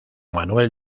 manuel